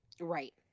Right